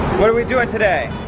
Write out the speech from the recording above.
what are we doing today?